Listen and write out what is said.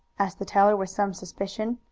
asked the teller with some suspicion.